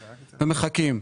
ומחכים.